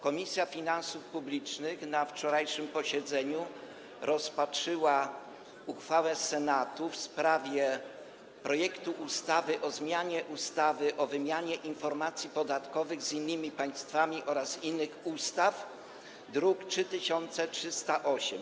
Komisja Finansów Publicznych na wczorajszym posiedzeniu rozpatrzyła uchwałę Senatu w sprawie ustawy o zmianie ustawy o wymianie informacji podatkowych z innymi państwami oraz niektórych innych ustaw, druk nr 3308.